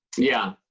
yeah.